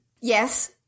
Yes